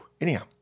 Anyhow